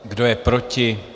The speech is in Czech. Kdo je proti?